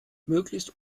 möglichst